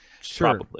Sure